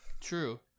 true